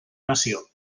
nació